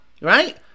right